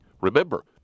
Remember